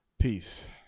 Peace